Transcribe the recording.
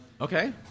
okay